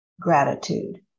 gratitude